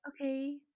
okay